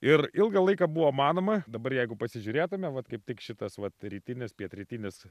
ir ilgą laiką buvo manoma dabar jeigu pasižiūrėtume vat kaip tik šitas vat rytinis pietrytinis